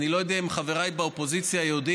אני לא יודע אם חבריי באופוזיציה יודעים,